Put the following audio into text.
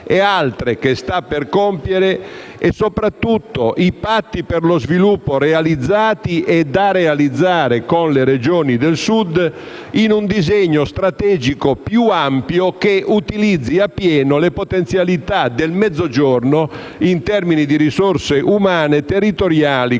e altre che sta per compiere, e soprattutto i patti per lo sviluppo realizzati e da realizzare con le Regioni del Sud, in un disegno strategico più ampio che utilizzi appieno le potenzialità del Mezzogiorno in termini di risorse umane, territoriali,